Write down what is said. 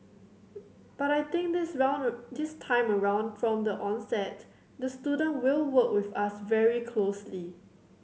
but I think this around this time around from the onset the student will work with us very closely